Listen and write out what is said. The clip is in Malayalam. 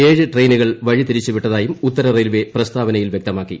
ഏഴ് ട്രെയിനുകൾ വഴിതരിച്ചു വിട്ടതായും ഉത്തര റെയിൽവേ പ്രസ്താവനയിൽ വൃക്തമാക്കി